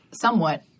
somewhat